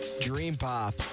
dream-pop